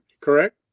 Correct